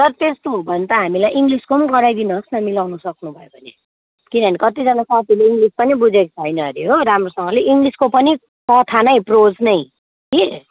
sir त्यस्तो हो भने त हामीलाई इङ्ग्लिसको पनि गराइदिनुहोस् न मिलाउनु सक्नुभयो भने किनभने कतिजना साथीहरूले इङ्ग्लिस पनि बुजेको छैन अरे हो राम्रोसँगले इङ्ग्लिसको पनि कथा नै प्रोज नै कि